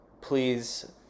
please